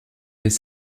les